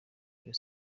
rayon